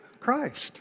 Christ